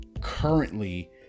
currently